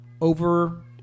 over